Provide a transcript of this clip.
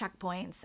checkpoints